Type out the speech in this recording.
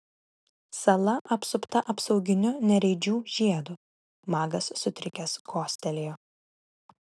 sala apsupta apsauginiu nereidžių žiedu magas sutrikęs kostelėjo